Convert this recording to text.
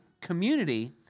community